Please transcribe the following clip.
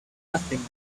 nothing